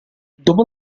dopo